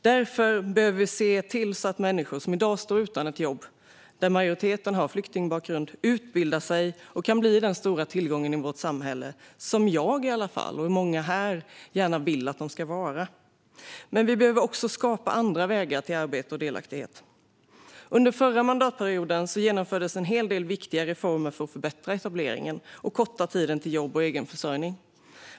Därför behöver vi se till att människor som i dag står utan jobb - majoriteten av dem har flyktingbakgrund - utbildar sig och kan bli den stora tillgång i vårt samhälle som jag och många här gärna vill att de ska vara. Men vi behöver också skapa andra vägar till arbete och delaktighet. Under förra mandatperioden genomfördes en hel del viktiga reformer för att förbättra etableringen och förkorta tiden till jobb och egenförsörjning.